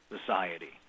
society